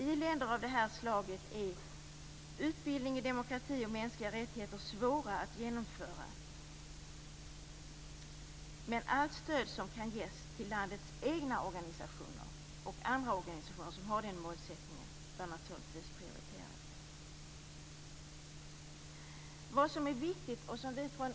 I länder av det här slaget är utbildning i demokrati och mänskliga rättigheter svårt att genomföra. Men allt stöd som kan ges till landets egna organisationer och andra organisationer med denna målsättning bör naturligtvis prioriteras.